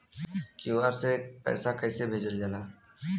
QR से पैसा कैसे भेजल जाला?